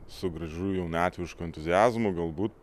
su gražu jaunatvišku entuziazmu galbūt